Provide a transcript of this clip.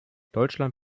deutschland